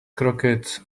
croquettes